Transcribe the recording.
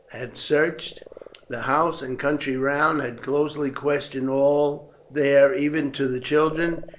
had searched the house and country round, had closely questioned all there, even to the children,